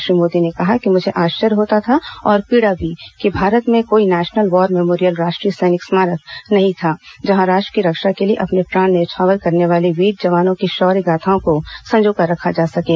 श्री मोदी ने कहा कि मुझे आश्चर्य होता था और पीड़ा भी कि भारत में कोई नेशनल वार मेमोरियल राष्ट्रीय सैनिक स्मारक नहीं था जहां राष्ट्र की रक्षा के लिए अपने प्राण न्यौछावर करने वाले वीर जवानों की शौर्य गाथाओं को संजो कर रखा जा सकें